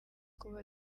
kuba